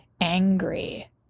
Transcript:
angry